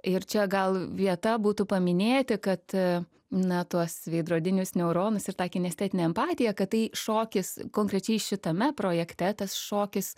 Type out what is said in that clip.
ir čia gal vieta būtų paminėti kad na tuos veidrodinius neuronus ir tą kinestetinę empatiją kad tai šokis konkrečiai šitame projekte tas šokis